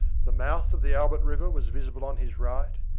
the mouth of the albert river was visible on his right,